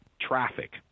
traffic